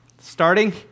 starting